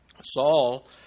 Saul